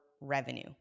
revenue